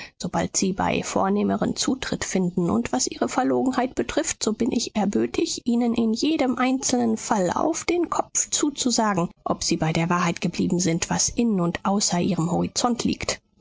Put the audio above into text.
sobald sie bei vornehmeren zutritt finden und was ihre verlogenheit betrifft so bin ich erbötig ihnen in jedem einzelnen fall auf den kopf zuzusagen ob sie bei der wahrheit geblieben sind was in und außer ihrem horizont liegt